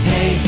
Hey